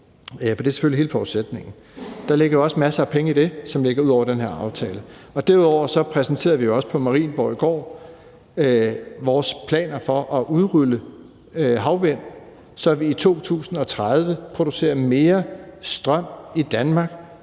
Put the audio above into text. for det er selvfølgelig hele forudsætningen. Der ligger også masser af penge i det, som ligger ud over den her aftale. Derudover præsenterede vi også på Marienborg i går vores planer for at udrulle havvind, så vi i 2030 producerer mere strøm i Danmark